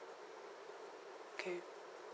okay